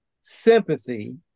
sympathy